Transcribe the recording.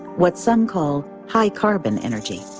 what some call high-carbon energy.